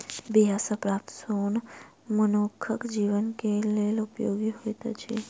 बीया सॅ प्राप्त सोन मनुखक जीवन के लेल उपयोगी होइत अछि